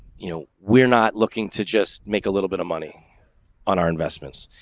you know, we're not looking to just make a little bit of money on our investments.